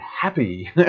happy